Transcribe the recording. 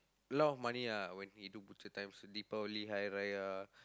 a lot of money ah when he do butcher times people Deepavali Hari-Raya